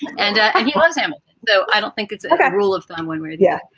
and and he loves him though i don't think it's a bad rule of thumb when we're. yeah.